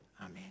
Amen